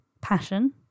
passion